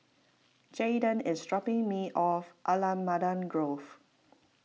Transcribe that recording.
Jaeden is dropping me off Allamanda Grove